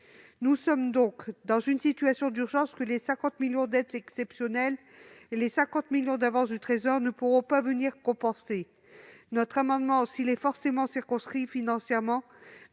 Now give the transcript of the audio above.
Nous sommes dans une situation d'urgence, que les 50 millions d'euros d'aides exceptionnelles et les 50 millions d'euros d'avances du Trésor ne pourront pas suffire à compenser. Notre amendement, s'il est forcément circonscrit financièrement,